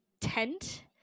tent